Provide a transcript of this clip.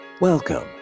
Welcome